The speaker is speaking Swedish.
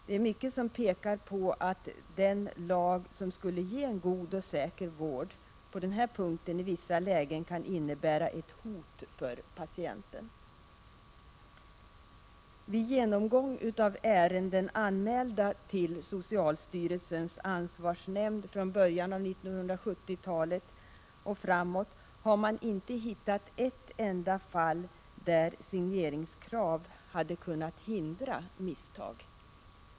Det är mycket som pekar på att den lag som skulle ge en god och säker vård i vissa lägen kan innebära ett hot för patienten. Vid genomgång av ärenden anmälda till socialstyrelsens ansvarsnämnd från början av 1970-talet och framåt har man inte hittat ett enda fall där signeringskrav hade kunnat hindra misstag.